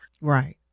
Right